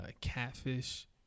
catfish